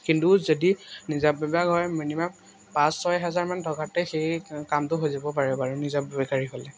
কিন্তু যদি নিজাববীয়া গাড়ী হয় মিনিমাম পাঁচ ছয় হাজাৰমান টকাতে সেই কামটো হৈ যাব পাৰে বাৰু নিজাববীয়া গাড়ী হ'লে